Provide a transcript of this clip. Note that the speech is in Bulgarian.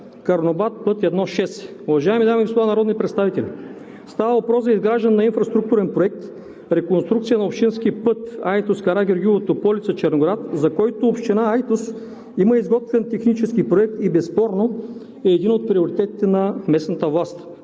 Карнобат – път I-6. Уважаеми дами и господа народни представители, става въпрос за изграждане на инфраструктурен проект – реконструкция на общински път Айтос – Карагеоргиево – Тополица – Черноград, за който община Айтос има изготвен технически проект и безспорно е един от приоритетите на местната власт.